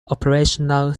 operational